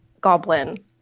goblin